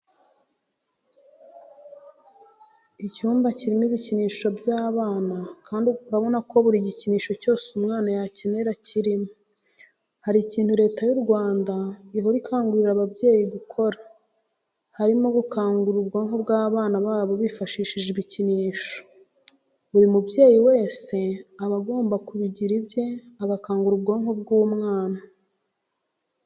Icyumba kirimo ibikinisho by'abana kandi urabona ko buri gikinisho cyose umwana yakenera kirimo. Hari ikintu Leta y'u Rwanda ihora ikangurira ababyeyi gukora, harimo gukangura ubwonko bw'abana babo bifashishije ibikinisho. Buri mubyeyi wese aba agomba kubigira ibye agakangura ubwonko bw'umwana.